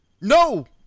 No